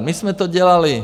My jsme to dělali.